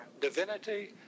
divinity